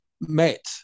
met